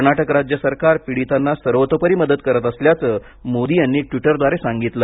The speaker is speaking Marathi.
कर्नाटक राज्य सरकार पीडितांना सर्वतोपरी मदत करत असल्याचं मोदी यांनी टवीटरद्वारे सांगितलं